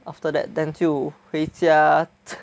after that then 就回家